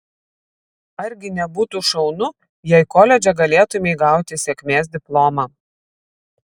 argi nebūtų šaunu jei koledže galėtumei gauti sėkmės diplomą